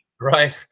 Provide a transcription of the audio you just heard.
Right